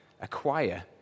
acquire